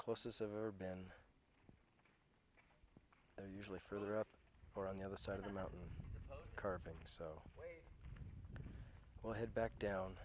closest i've ever been and usually further up or on the other side of the mountain curving so well head back down